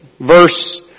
Verse